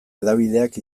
hedabideak